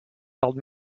held